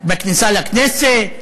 בכניסה לכנסת,